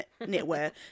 knitwear